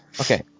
okay